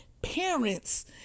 Parents